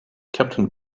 captain